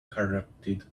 corrupted